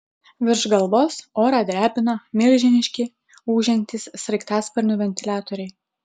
virš galvos orą drebino milžiniški ūžiantys sraigtasparnių ventiliatoriai